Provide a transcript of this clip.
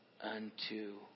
unto